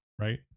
right